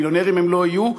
מיליונרים הם לא יהיו,